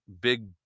big